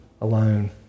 alone